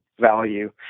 value